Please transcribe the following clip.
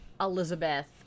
Elizabeth